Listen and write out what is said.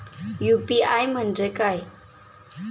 UPI म्हणजे काय?